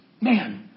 Man